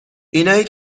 اینایی